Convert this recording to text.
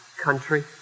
country